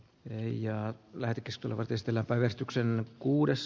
neljään lääkitys tulivat estellä päivystyksen kuudes